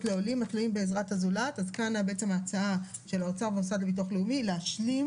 לעולים התלויים בעזרת הזולת" כאן ההצעה של האוצר והמוסד לביטוח לאומי להשלים